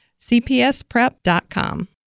cpsprep.com